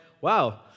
wow